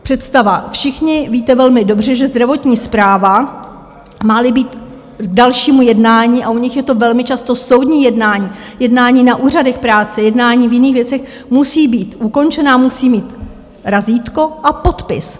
Představa, všichni víte velmi dobře, že zdravotní správa, máli být k dalšímu jednání a u nich je to velmi často soudní jednání, jednání na úřadech práce, jednání v jiných věcech musí být ukončená, musí mít razítko a podpis.